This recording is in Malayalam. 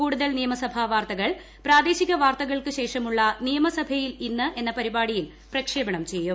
കൂടുതൽ നിയമസഭാ വാർത്തകൾ പ്രാദേശിക വാർത്തകൾക്ക് ശേഷമുള്ള നിയമസഭയിൽ ഇന്ന് എന്ന പരിപാടിയിൽ പ്രക്ഷേപണം ചെയ്യും